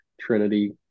Trinity